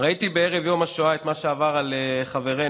תעצומות הנפש שיש בכם הן באמת יוצאות דופן.